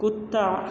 कुत्ता